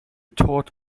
taught